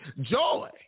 Joy